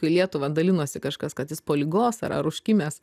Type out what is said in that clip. į lietuvą dalinosi kažkas kad jis po ligos ar ar užkimęs